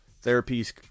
therapies